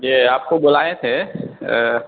یہ آپ کو بلائے تھے